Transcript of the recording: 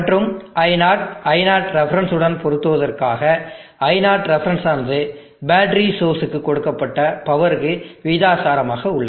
மற்றும் i0 i0ref உடன் பொருத்துவதற்காக i0ref ஆனது பேட்டரி சோர்ஸ் இக்கு கொடுக்கப்பட்ட பவருக்கு விகிதாசாரமாக உள்ளது